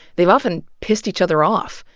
they've often pissed each other off.